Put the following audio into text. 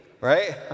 right